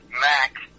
max